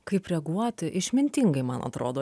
kaip reaguoti išmintingai man atrodo